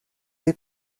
des